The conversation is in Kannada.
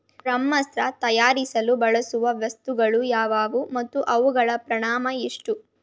ಬ್ರಹ್ಮಾಸ್ತ್ರ ತಯಾರಿಸಲು ಬಳಸುವ ವಸ್ತುಗಳು ಯಾವುವು ಮತ್ತು ಅವುಗಳ ಪ್ರಮಾಣ ಎಷ್ಟು?